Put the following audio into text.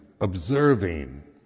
observing